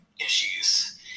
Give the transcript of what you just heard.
issues